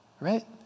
right